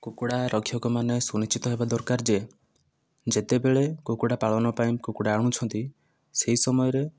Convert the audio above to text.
କୁକୁଡ଼ା ରକ୍ଷକ ମାନେ ସୁନିଶ୍ଚିତ ହେବା ଦରକାର ଯେ ଯେତେବେଳେ କୁକୁଡ଼ା ପାଳନ ପାଇଁ କୁକୁଡ଼ା ଆଣୁଛନ୍ତି ସେହି ସମୟରେ